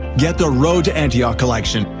get the road to antioch collection,